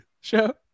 show